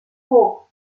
hoch